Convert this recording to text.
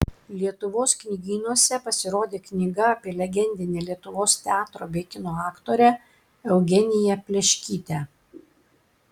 lietuvos knygynuose pasirodė knyga apie legendinę lietuvos teatro bei kino aktorę eugeniją pleškytę